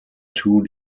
two